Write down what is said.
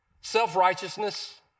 Self-righteousness